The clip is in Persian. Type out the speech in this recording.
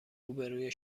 روبروی